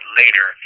later